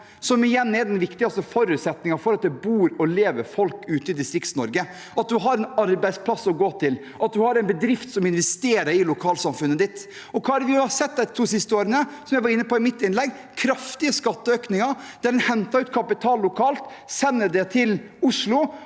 som er den viktigste forutsetningen for at det bor og lever folk ute i DistriktsNorge – at du har en arbeidsplass å gå til, at du har en bedrift som investerer i lokalsamfunnet ditt. Det vi har sett de to siste årene, som jeg var inne på i mitt innlegg, er kraftige skatteøkninger, der en henter ut kapital lokalt og sender det til Oslo,